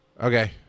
Okay